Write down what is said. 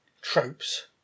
tropes